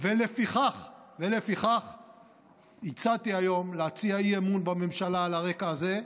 לפיכך הצעתי היום להביע אי-אמון בממשלה על הרקע הזה,